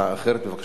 בבקשה, אדוני.